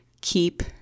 Keep